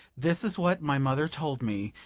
this is what my mother told me,